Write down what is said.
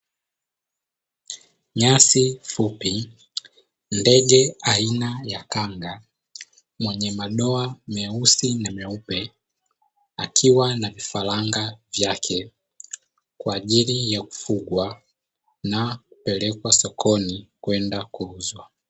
Nyasi fupi, ndege aina ya kanga mwenye madoa meusi na meupe akiwa na vifaranga vyake kwa ajili ya kufugwa na kupelekwa sokoni kwenda kuuzwa.